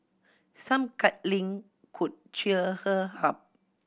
some cuddling could cheer her up